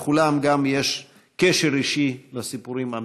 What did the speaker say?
לכולם יש קשר אישי לסיפורים המדוברים.